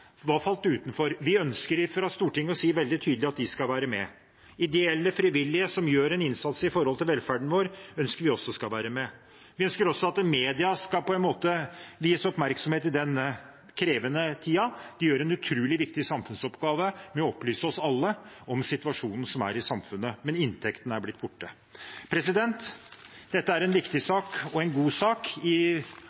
var falt utenfor. Vi ønsker fra Stortinget å si veldig tydelig at de skal være med. Ideelle/frivillige, som gjør en innsats for velferden vår, ønsker vi også skal være med. Vi ønsker også at media skal gis oppmerksomhet i denne krevende tiden. De har en utrolig viktig samfunnsoppgave med å opplyse oss alle om situasjonen som er i samfunnet, men inntektene er blitt borte. Dette er en god sak, men nå er det også viktig